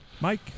Mike